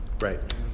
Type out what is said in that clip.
Right